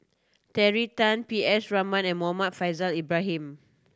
Terry Tan P S Raman and Muhammad Faishal Ibrahim